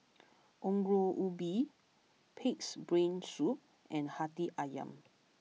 Ongol Ubi Pig'S Brain Soup and Hati Ayam